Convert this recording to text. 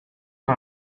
pas